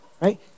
right